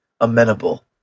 amenable